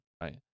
right